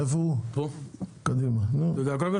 קודם כול,